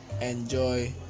enjoy